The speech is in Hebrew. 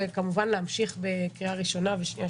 וכמובן להמשיך בקריאה ראשונה ושנייה,